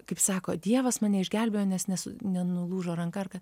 kaip sako dievas mane išgelbėjo nes nenulūžo ranka